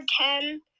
ten